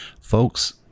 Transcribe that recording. Folks